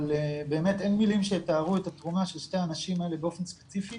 אבל באמת אין מלים שיתארו את התרומה של שתי הנשים האלה באופן ספציפי